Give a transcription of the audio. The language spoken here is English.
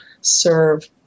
serve